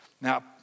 Now